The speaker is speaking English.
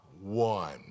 one